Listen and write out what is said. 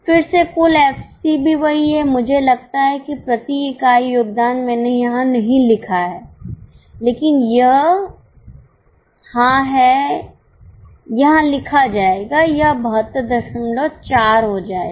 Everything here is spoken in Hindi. फिर से कुल एफसी भी वही है मुझे लगता है कि प्रति इकाई योगदान मैंने यहां नहीं लिखा है लेकिन यह हाँ है यहाँ लिखा है यह 724 हो जाएगा